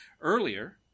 earlier